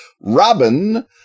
Robin